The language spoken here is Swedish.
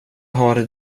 har